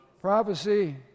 Prophecy